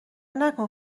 نکن